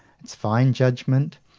its fine judgment,